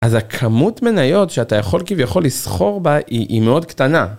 אז הכמות מניות שאתה יכול כביכול לסחור בה היא מאוד קטנה.